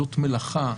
זאת מלאכה חשובה,